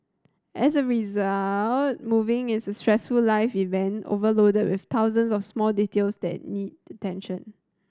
as a result moving is a stressful life event overloaded with thousands of small details that need attention